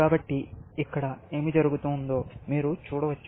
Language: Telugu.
కాబట్టి ఇక్కడ ఏమి జరుగుతుందో మీరు చూడవచ్చు